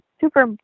super